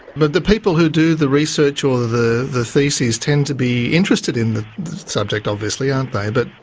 but the people who do the research or the the theses tend to be interested in the subject, obviously, aren't they? but,